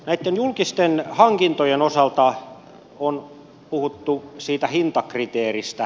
näitten julkisten hankintojen osalta on puhuttu siitä hintakriteeristä